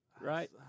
right